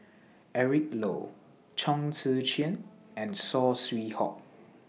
Eric Low Chong Tze Chien and Saw Swee Hock